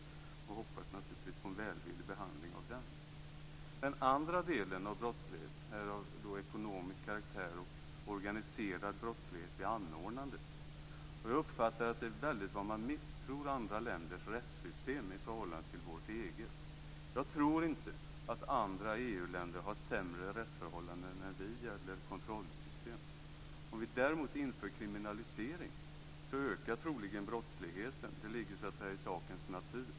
Jag hoppas naturligtvis på en välvillig behandling av den. Den andra delen av brottsligheten är av ekonomisk karaktär och organiserad brottslighet vid anordnandet. Det är väldigt, så uppfattar jag det, vad man misstror andra länders rättssystem i förhållande till vårt eget. Jag tror inte att andra EU-länder har sämre rättsförhållanden eller kontrollsystem än vi. Om vi däremot inför kriminalisering ökar troligen brottsligheten. Det ligger så att säga i sakens natur.